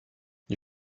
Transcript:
die